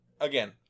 again